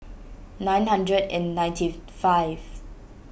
nine hundred and ninety five